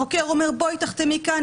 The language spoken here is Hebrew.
החוקר אומר: בואי תחתמי כאן,